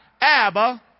Abba